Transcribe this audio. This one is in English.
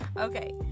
okay